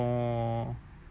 orh